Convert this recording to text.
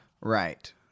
Right